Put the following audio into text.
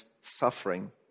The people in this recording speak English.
suffering